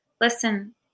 listen